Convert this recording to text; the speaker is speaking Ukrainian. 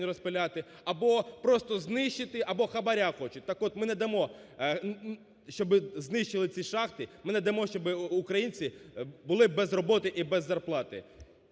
розпиляти. Або просто знищити, або хабара хочуть. Так от, ми не дамо, щоб знищили ці шахти, ми не дамо, щоб українці були без роботи і без зарплати.